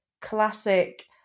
classic